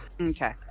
Okay